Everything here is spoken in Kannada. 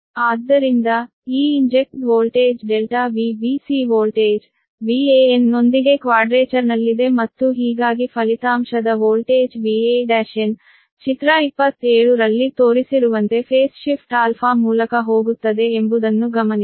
ಆದ್ದರಿಂದ ಈ injected voltage ∆Vbc voltage Van ನೊಂದಿಗೆ ಕ್ವಾಡ್ರೇಚರ್ನಲ್ಲಿದೆ ಮತ್ತು ಹೀಗಾಗಿ ಫಲಿತಾಂಶದ ವೋಲ್ಟೇಜ್ Va1n ಚಿತ್ರ 27 ರಲ್ಲಿ ತೋರಿಸಿರುವಂತೆ ಹಂತದ ಶಿಫ್ಟ್α ಮೂಲಕ ಹೋಗುತ್ತದೆ ಎಂಬುದನ್ನು ಗಮನಿಸಿ